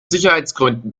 sicherheitsgründen